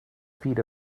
feet